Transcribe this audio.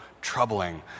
troubling